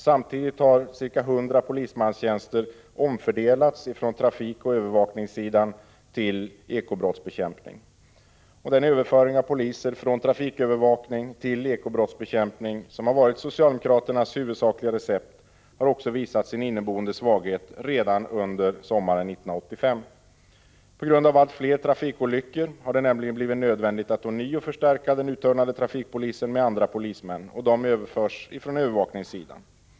Samtidigt har ca 100 polismanstjänster ”omfördelats” från trafikoch övervakningssidan till ekobrottsbekämpning. Den överföring av poliser från trafikövervakning till ekobrottsbekämpning som har varit socialdemokraternas huvudsakliga recept visade också sin inneboende svaghet redan under sommaren 1985. På grund av allt fler trafikolyckor har det nämligen blivit nödvändigt att ånyo förstärka den uttunnade trafikpolisen med andra polismän. Dessa överförs från övervakningssidan.